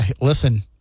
listen